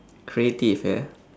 creative ya